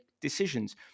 decisions